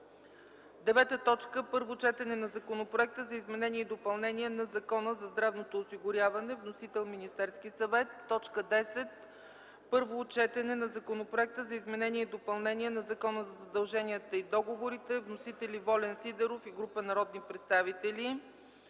9. Първо четене на Законопроекта за изменение и допълнение на Закона за здравното осигуряване. Вносител – Министерският съвет. 10. Първо четене на Законопроекта за изменение и допълнение на Закона за задълженията и договорите. Вносители: Волен Сидеров и група народни представители.